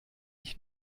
ich